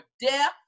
death